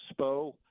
Spo